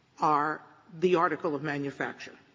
are the article of manufacture.